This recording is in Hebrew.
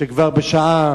שכבר בשעה